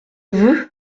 veux